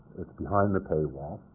it's behind the paywall,